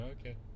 Okay